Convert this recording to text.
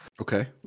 Okay